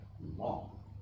long